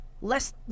less